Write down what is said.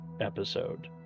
episode